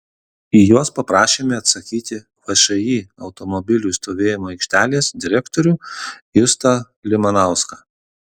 į juos paprašėme atsakyti všį automobilių stovėjimo aikštelės direktorių justą limanauską